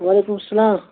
وعلیکُم سَلام